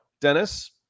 Dennis